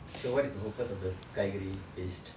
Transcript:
so what is the purpose of the kaaykari paste